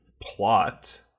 plot